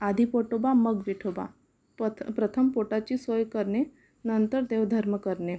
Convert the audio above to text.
आधी पोटोबा मग विठोबा पथ् प्रथम पोटाची सोय करणे नंतर देवधर्म करणे